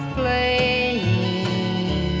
playing